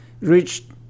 reached